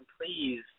please